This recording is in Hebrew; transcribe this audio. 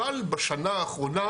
אבל בשנה האחרונה,